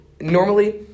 normally